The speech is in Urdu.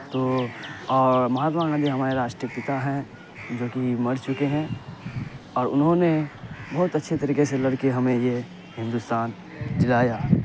تو اور مہاتما گاندھی ہمارے راشٹر پتا ہیں جو کہ مر چکے ہیں اور انہوں نے بہت اچھے طریقے سے لڑ کے ہمیں یہ ہندوستان دلایا